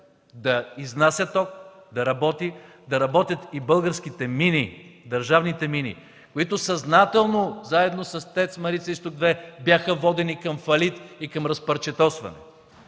да работи, да работят и българските мини, държавните мини, които съзнателно, заедно с ТЕЦ „Марица изток 2”, бяха водени към фалит и към разпарчетосване.